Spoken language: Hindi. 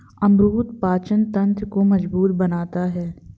अमरूद पाचन तंत्र को मजबूत बनाता है